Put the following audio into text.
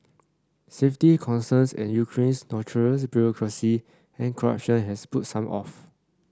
safety concerns and Ukraine's notorious bureaucracy and corruption has put some off